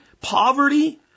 poverty